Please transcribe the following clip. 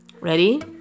Ready